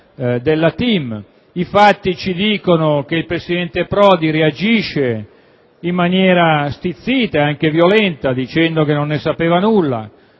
i fatti ci dicono che il Presidente Prodi reagisce in maniera stizzita e anche violenta, dicendo che non ne sapeva nulla,